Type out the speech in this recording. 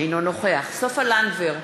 אינו נוכח סופה לנדבר,